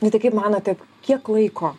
na tai kaip manote kiek laiko